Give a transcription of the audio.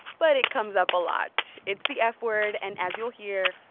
but it comes up a lot. it's the ah f-word. and as you'll hear,